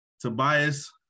Tobias